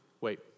Wait